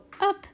up